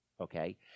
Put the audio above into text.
okay